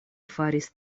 faris